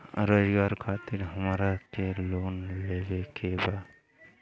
रोजगार खातीर हमरा के लोन लेवे के बा?